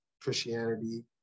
Christianity